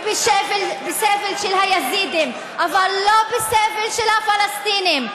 ובסבל של היזידים אבל לא בסבל של הפלסטינים,